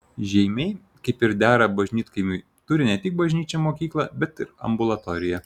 žeimiai kaip ir dera bažnytkaimiui turi ne tik bažnyčią mokyklą bet ir ambulatoriją